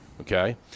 Okay